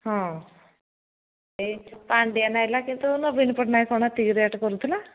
ହଁ ଏଇ ପାଣ୍ଡିଆନ୍ ଆସିଲା କିନ୍ତୁ ନବୀନ ପଟନାୟକ କ'ଣ ଏତିକି ରେଟ୍ କରୁଥିଲା